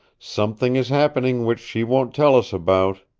something is happening which she won't tell us about.